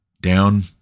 down